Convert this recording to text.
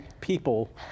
people